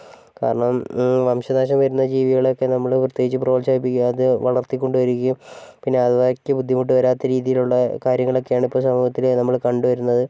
കാരണം വംശനാശം വരുന്ന ജീവികളെ ഒക്കെ നമ്മൾ പ്രത്യേകിച്ച് പ്രോത്സാഹിപ്പിക്കുകയും അത് വളർത്തിക്കൊണ്ടു വരികയും പിന്നെ അവയ്ക്ക് ബുദ്ധിമുട്ട് വരാത്ത രീതിയിലുള്ള കാര്യങ്ങളൊക്കെയാണ് ഇപ്പോൾ സമൂഹത്തിൽ നമ്മൾ കണ്ടുവരുന്നത്